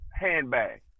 handbag